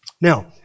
Now